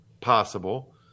possible